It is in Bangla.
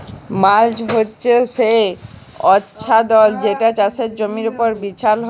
মাল্চ হছে সে আচ্ছাদল যেট চাষের জমির উপর বিছাল হ্যয়